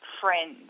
friends